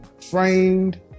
framed